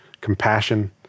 compassion